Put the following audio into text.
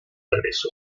regresó